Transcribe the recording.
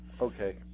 Okay